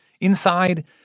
Inside